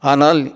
Anal